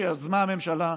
שיזמה הממשלה,